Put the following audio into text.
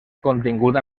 continguda